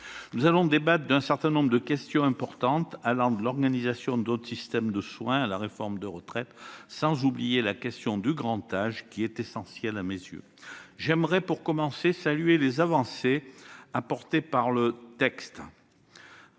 Nous débattrons de plusieurs questions importantes allant de l'organisation de notre système de soins à la réforme des retraites- sans oublier la question du grand âge, essentielle à mes yeux. J'aimerais, pour commencer, saluer les avancées apportées par le texte